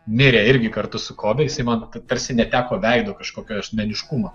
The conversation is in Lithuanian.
mirė irgi kartu su kobe jisai man tarsi neteko veido kažkokio asmeniškumo